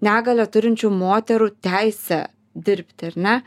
negalią turinčių moterų teisę dirbti ar ne